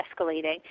escalating